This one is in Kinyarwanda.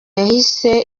yahise